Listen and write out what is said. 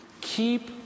keep